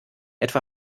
etwa